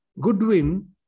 Goodwin